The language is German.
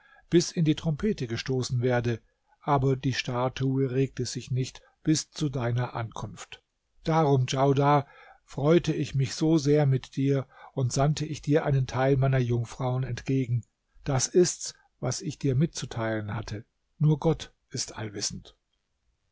bis in die trompete gestoßen werde aber die statue regte sich nicht bis zu deiner ankunft darum djaudar freute ich mich so sehr mit dir und sandte ich dir einen teil meiner jungfrauen entgegen das ist's was ich dir mitzuteilen hatte nur gott ist allwissend